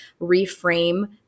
reframe